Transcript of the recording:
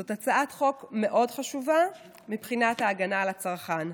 זאת הצעת חוק מאוד חשובה מבחינת ההגנה על הצרכן.